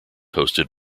hosted